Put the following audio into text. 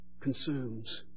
Consumes